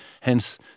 Hence